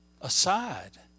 aside